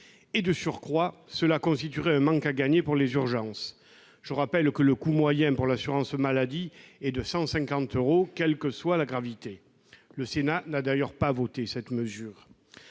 De surcroît, cela constituerait un manque à gagner pour les urgences. Je rappelle que le coût moyen de l'acte d'admission pour l'assurance maladie est de 150 euros, quelle que soit la gravité. Le Sénat n'a d'ailleurs pas voté cette mesure.